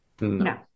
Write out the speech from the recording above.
No